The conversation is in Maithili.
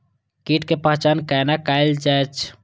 कीटक पहचान कैना कायल जैछ?